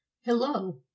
Hello